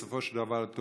בסופו של דבר.